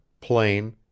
plain